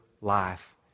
life